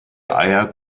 eier